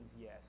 Yes